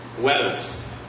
wealth